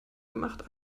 gemacht